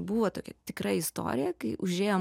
buvo tokia tikra istorija kai užėjo